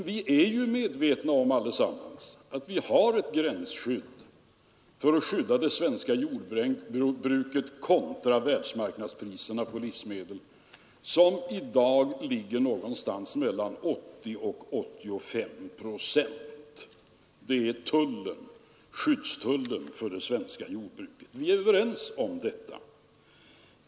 Vi är alla medvetna om att vi har ett gränsskydd för att värna det svenska jordbruket kontra världsmarknadspriserna på livsmedel som i dag ligger någonstans mellan 80 och 85 procent. Jag syftar på skyddstullarna för det svenska jordbruket, som vi har varit överens om att införa.